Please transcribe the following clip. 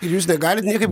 ir jūs negalite niekaip